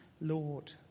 Lord